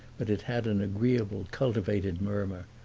but it had an agreeable, cultivated murmur,